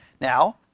Now